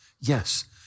yes